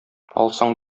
алсаң